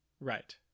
Right